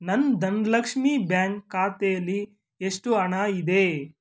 ನನ್ನ ಧನಲಕ್ಷ್ಮೀ ಬ್ಯಾಂಕ್ ಖಾತೆಲಿ ಎಷ್ಟು ಹಣ ಇದೆ